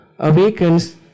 awakens